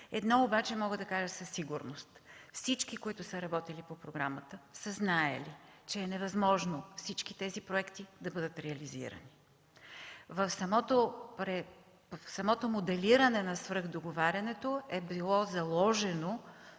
Едно обаче мога да кажа със сигурност – всички, които са работили по програмата, са знаели, че е невъзможно всички тези проекти да бъдат реализирани. В самото моделиране на свръхдоговарянето е бил заложен